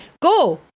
go